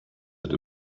that